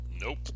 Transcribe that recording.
Nope